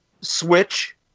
switch